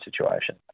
situation